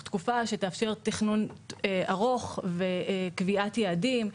תקופה שתאפשר תכנון ארוך וקביעת יעדים.